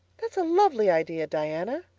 that's a lovely idea, diana,